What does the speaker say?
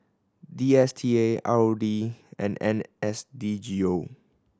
D S T A R O D and N S D G O